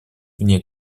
вне